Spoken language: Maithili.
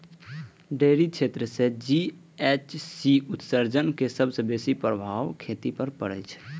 डेयरी क्षेत्र सं जी.एच.सी उत्सर्जनक सबसं बेसी प्रभाव खेती पर पड़ै छै